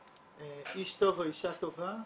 "איש טוב" או "אישה טובה"